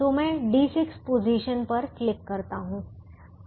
तो मैं D6 position पर क्लिक करता हूं RHS D6 है